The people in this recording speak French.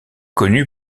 connu